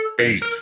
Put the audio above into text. Eight